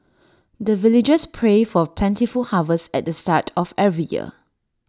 the villagers pray for plentiful harvest at the start of every year